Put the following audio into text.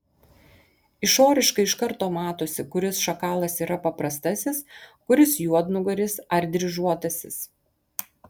išoriškai iš karto matosi kuris šakalas yra paprastasis kuris juodnugaris ar dryžuotasis